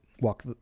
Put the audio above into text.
walk